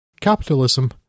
capitalism